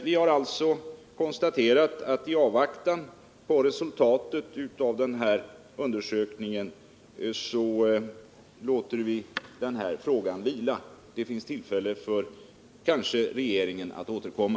Vi har alltså konstaterat att vi i avvaktan på resultatet av undersökningen bör låta den här frågan vila. Det finns kanske tillfälle för regeringen att återkomma.